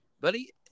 buddy